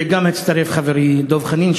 וגם הצטרף חברי דב חנין,